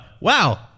wow